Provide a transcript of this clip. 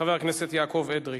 חבר הכנסת יעקב אדרי.